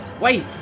wait